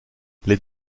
les